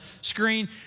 screen